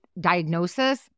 diagnosis